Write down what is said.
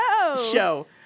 show